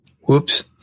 Whoops